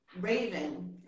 Raven